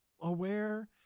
aware